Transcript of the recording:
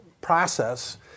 process